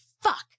fuck